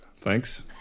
Thanks